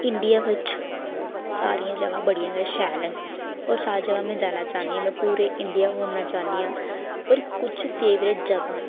India बिच सारियां जगहं बड़ियां गै शैल न होर सारी जगह् में जाना चाह्न्नीं पूरे इंडिया घुम्मना चाह्न्नी आं होर किश फेवरेट जगहं न